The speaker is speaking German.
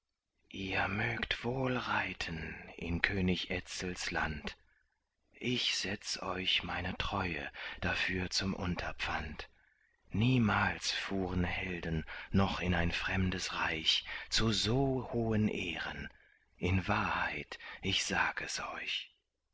ihr mögt wohl reiten in könig etzels land ich setz euch meine treue dafür zum unterpfand niemals fuhren helden noch in ein fremdes reich zu so hohen ehren in wahrheit ich sag es euch